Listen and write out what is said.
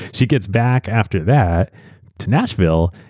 she gets back after that to nashville.